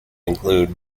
include